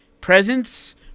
presents